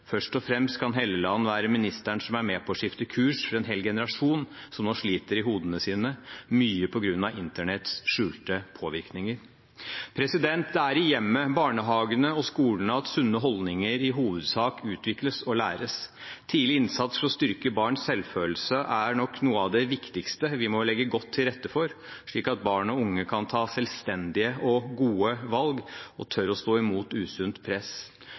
og fremst kan Helleland være ministeren som er med på å skifte kurs for en hel generasjon som nå sliter i hodene sine, mye på grunn av Internettets skjulte påvirkning.» Det er i hjemmet, i barnehagene og i skolene at sunne holdninger i hovedsak utvikles og læres. Tidlig innsats for å styrke barns selvfølelse er nok noe av det viktigste vi må legge godt til rette for, slik at barn og unge kan ta selvstendige og gode valg og tør å stå imot usunt press.